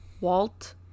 Walt